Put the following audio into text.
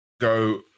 go